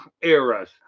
eras